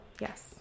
yes